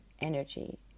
energy